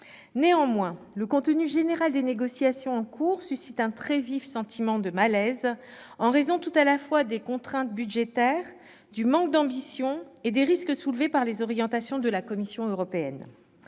Néanmoins, le contenu général des négociations en cours suscite un très vif sentiment de malaise, en raison tout à la fois des contraintes budgétaires, du manque d'ambition et des risques soulevés par les orientations de la Commission européenne.